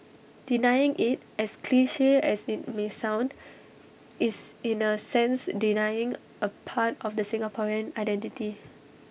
denying IT as cliche as IT might sound is in A sense denying A part of the Singaporean identity